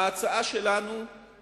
ההצעה שלנו היא